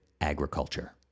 agriculture